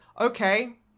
okay